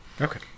Okay